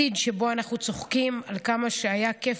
עתיד שבו אנחנו צוחקים על כמה שהיה כיף